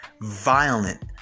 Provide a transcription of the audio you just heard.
violent